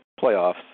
playoffs